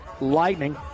lightning